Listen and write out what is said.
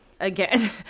Again